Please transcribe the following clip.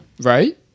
right